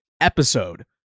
episode